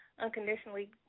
unconditionally